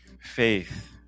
faith